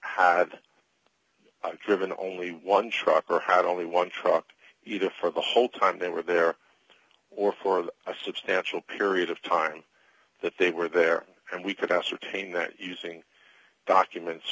had driven only one truck or had only one truck either for the whole time they were there or for a substantial period of time that they were there and we could ascertain that using documents